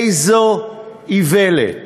איזו איוולת.